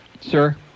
Sir